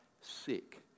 sick